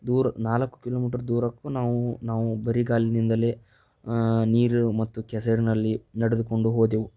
ದೂರ ನಾಲ್ಕು ಕಿಲೋಮೀಟ್ರ್ ದೂರಕ್ಕೂ ನಾವು ನಾವು ಬರಿಗಾಲಿನಿಂದಲೇ ನೀರು ಮತ್ತು ಕೆಸರಿನಲ್ಲಿ ನಡೆದುಕೊಂಡು ಹೋದೆವು